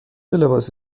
لباس